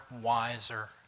wiser